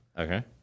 Okay